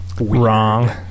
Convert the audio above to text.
wrong